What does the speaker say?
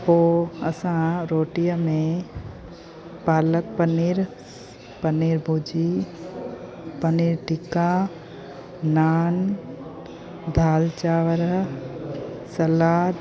पोइ असां रोटीअ में पालक पनीर पनीर भुजी पनीर टिका नान दालि चांवरु सलाद